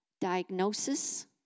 diagnosis